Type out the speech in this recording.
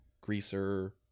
greaser